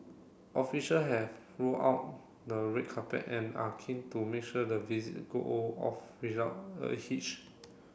official have rolled out the red carpet and are keen to make sure the visit go off without a hitch